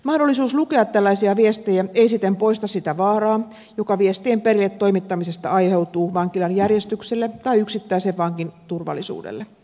mahdollisuus lukea tällaisia viestejä ei siten poista sitä vaaraa joka viestien perille toimittamisesta aiheutuu vankilan järjestykselle tai yksittäisen vangin turvallisuudelle